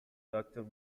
doctor